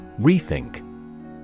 Rethink